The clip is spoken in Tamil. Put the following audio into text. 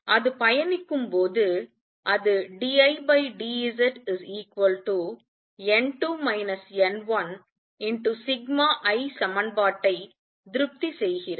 அது பயணிக்கும்போது அது d I d Z n2 n1σI சமன்பாட்டை திருப்தி செய்கிறது